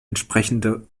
entsprechende